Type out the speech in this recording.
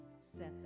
set